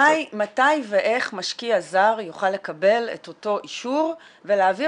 מתי ואיך משקיע זר יוכל לקבל את אותו אישור ולהעביר